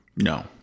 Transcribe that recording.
No